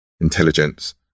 intelligence